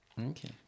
okay